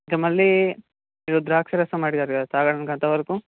ఇంకా మళ్ళీ ఏదో ద్రాక్ష రసం అడిగారు కదా తాగడానికి అంతవరకు